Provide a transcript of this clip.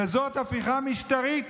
וזאת הפיכה משטרית.